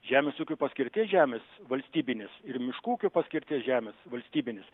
žemės ūkio paskirties žemės valstybinės ir miškų ūkio paskirties žemės valstybinės